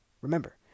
Remember